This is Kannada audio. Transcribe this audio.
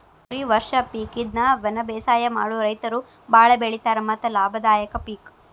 ತೊಗರಿ ವರ್ಷ ಪಿಕ್ ಇದ್ನಾ ವನಬೇಸಾಯ ಮಾಡು ರೈತರು ಬಾಳ ಬೆಳಿತಾರ ಮತ್ತ ಲಾಭದಾಯಕ ಪಿಕ್